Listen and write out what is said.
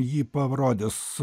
jį parodys